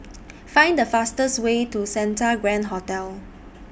Find The fastest Way to Santa Grand Hotel